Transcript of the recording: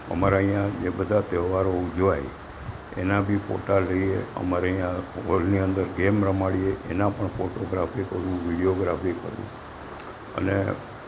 અમારા અહીંયાં જે બધા તહેવારો ઉજવાય એના બી ફોટા લઈએ અમારે અહીંયાં હોલની અંદર ગેમ રમાડીએ એના પણ ફોટોગ્રાફી કરું વિડીયોગ્રાફી કરું અને